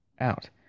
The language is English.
out